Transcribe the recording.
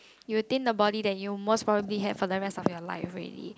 you retain the body that you most probably have for the rest of your life already